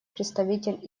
представитель